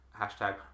hashtag